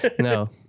No